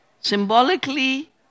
symbolically